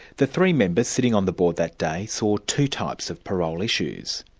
the three members sitting on the board that day saw two types of parole issues.